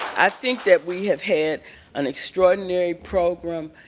i think that we have had an extraordinary program.